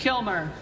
Kilmer